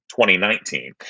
2019